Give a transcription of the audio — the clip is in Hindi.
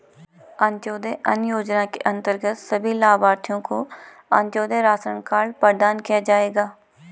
अंत्योदय अन्न योजना के अंतर्गत सभी लाभार्थियों को अंत्योदय राशन कार्ड प्रदान किया जाएगा